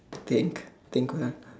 think think man